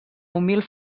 humil